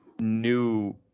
new